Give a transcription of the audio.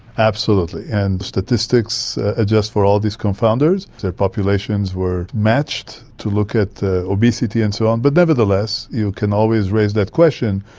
absolutely, and statistics adjust for all these confounders, their populations were matched to look at the obesity and so on, but nevertheless you can always raise that question,